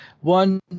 one